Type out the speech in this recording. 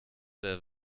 der